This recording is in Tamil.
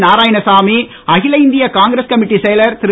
நாராயணசாமி அகில இந்திய காங்கிரஸ் கமிட்டி செயலர் திரு